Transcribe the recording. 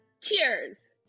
Cheers